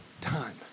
time